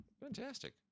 Fantastic